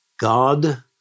God